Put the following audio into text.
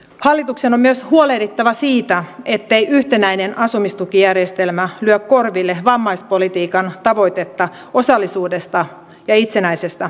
hallituksen on myös huolehdittava siitä ettei yhtenäinen asumistukijärjestelmä lyö korville vammaispolitiikan tavoitetta osallisuudesta ja itsenäisestä asumisesta